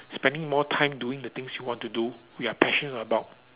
spending more time doing the things you want to do we are passionate about